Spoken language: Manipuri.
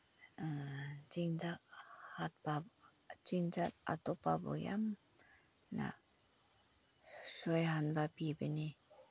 ꯆꯤꯟꯖꯥꯛ ꯆꯤꯟꯖꯥꯛ ꯑꯇꯣꯞꯄꯕꯨ ꯌꯥꯝꯅ ꯁꯣꯏꯍꯟꯕ ꯄꯤꯕꯅꯤ